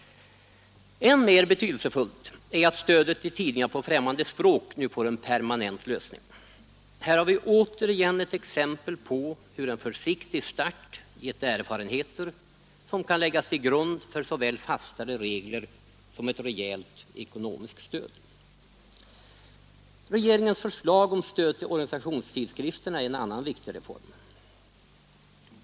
Än mer betydelsefullt är att stödet till tidningar på främmande språk nu får en mer permanent lösning. Här har vi återigen ett exempel på hur en försiktig start gett erfarenheter som kan läggas till grund för såväl fastare regler som ett rejält ekonomiskt stöd. Regeringens förslag om stöd till organisationstidskrifterna är en annan viktig reform.